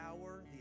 power